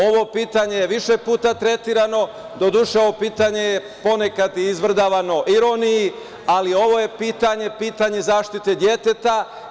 Ovo pitanje je više puta tretirano, doduše, ovo pitanje je ponekad i izvrdavano ironiji, ali ovo pitanje je pitanje zaštite deteta.